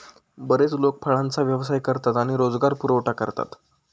बरेच लोक फळांचा व्यवसाय करतात आणि रोजगार पुरवठा करतात